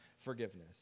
forgiveness